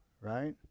right